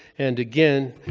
and again,